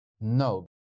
No